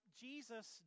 Jesus